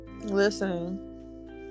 listen